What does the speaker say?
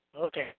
Okay